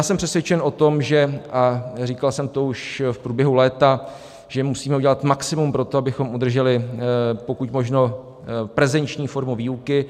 Jsem přesvědčen o tom, a říkal jsem to už v průběhu léta, že musíme udělat maximum pro to, abychom udrželi pokud možno prezenční formu výuky.